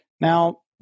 Now